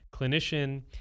clinician